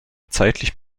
zeitlich